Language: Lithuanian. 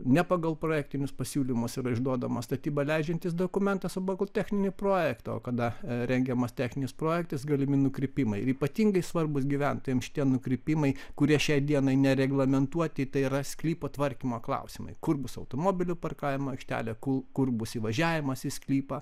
ne pagal projektinius pasiūlymus ir išduodamas statybą leidžiantis dokumentas o pagal techninį projektą o kada rengiamas techninis projektas galimi nukrypimai ir ypatingai svarbūs gyventojams šitie nukrypimai kurie šiai dienai nereglamentuoti tai yra sklypo tvarkymo klausimai kur bus automobilių parkavimo aikštelė kur kur bus įvažiavimas į sklypą